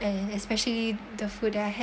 and especially the food that I had